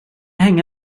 hänga